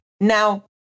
now